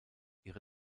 ihre